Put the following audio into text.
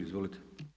Izvolite.